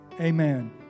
amen